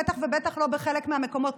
בטח ובטח לא בחלק מהמקומות,